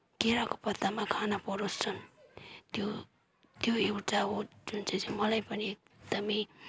केराको पत्तामा खाना परोसछन् त्यो त्यो एउटा हो जुन चाहिँ मलाई पनि एकदमै